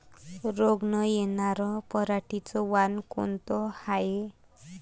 रोग न येनार पराटीचं वान कोनतं हाये?